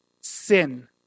Sin